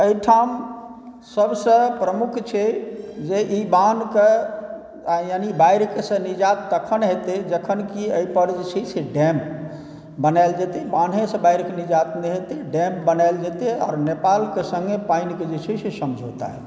एहिठाम सबसँ प्रमुख छै जे ई बान्हके आओर यानी बाढ़िसँ निजात तखन हेतै जखन कि एहिपर जे छै से डैम बनाएल जेतै बान्हेसँ बाढ़िके निजात नहि हेतै डैम बनाएल जेतै आओर नेपालके सङ्गे पानिके जे छै से समझौता हेतै